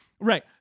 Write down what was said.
Right